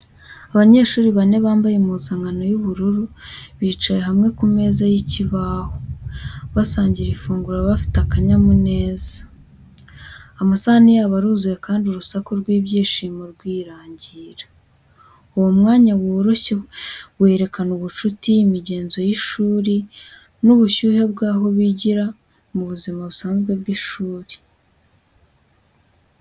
Abanyeshuri bane bambaye impuzankano y’ubururu bicaye hamwe ku meza y’ikibaho, basangira ifunguro bafite akanyamuneza. Amasahani yabo aruzuye, kandi urusaku rw’ibyishimo rwirangira. Uwo mwanya woroshye werekana ubucuti, imigenzo y’ishuri, n’ubushyuhe bw’aho bigira, mu buzima busanzwe bw’ishuri.